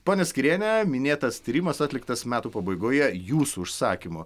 ponia skyriene minėtas tyrimas atliktas metų pabaigoje jūsų užsakymu